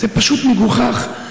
זה פשוט מגוחך,